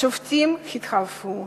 השופטים התחלפו,